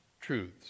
truths